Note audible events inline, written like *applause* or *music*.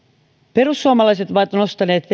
perussuomalaiset ovat nostaneet *unintelligible*